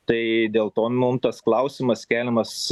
tai dėl to mum tas klausimas keliamas